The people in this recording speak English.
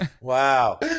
wow